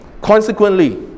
consequently